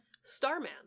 Starman